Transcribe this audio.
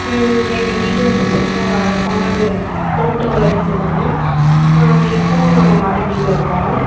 எங்கள் வீடு வந்து சின்ன ஒரு அழகான ஓட்டுவலை வீடு தான் இப்போதான் நாங்கள் மாடி வீட்டில் இருக்கோம்